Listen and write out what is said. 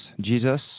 Jesus